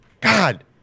God